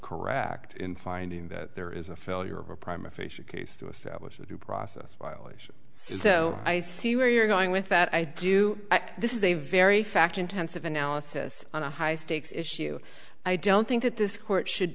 correct in finding that there is a failure of a prime official case to establish that process violation so i see where you're going with that i do this is a very fact intensive analysis on a high stakes issue i don't think that this court should